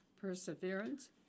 perseverance